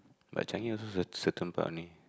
but Changi also cer~ certain part only